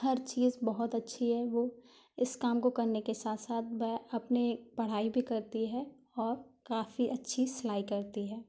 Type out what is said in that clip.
हर चीज बहुत अच्छी है वो इस काम को करने के साथ साथ अपने पढ़ाई भी करती है और काफ़ी अच्छी सिलाई करती है